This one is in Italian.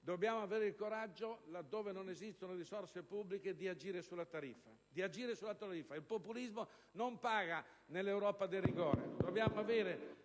Dobbiamo avere il coraggio, laddove non esistono risorse pubbliche, di agire sulla tariffa. Il populismo non paga nell'Europa del rigore.